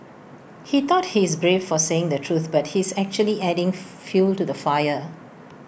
he thought he's brave for saying the truth but he's actually adding fuel to the fire